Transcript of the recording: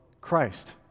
Christ